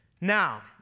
Now